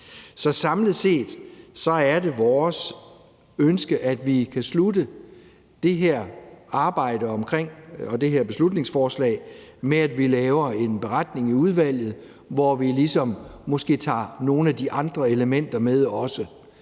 Så samlet set er det vores ønske, at vi kan slutte det her arbejde omkring det her beslutningsforslag med, at vi laver en beretning i udvalget, hvor vi måske tager nogle af de andre elementer med også.